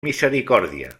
misericòrdia